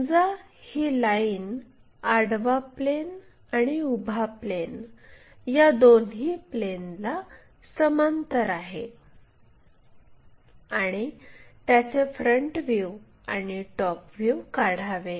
समजा ही लाईन आडवा प्लेन आणि उभा प्लेन या दोन्ही प्लेनला समांतर आहे आणि त्याचे फ्रंट व्ह्यू आणि टॉप व्ह्यू काढावे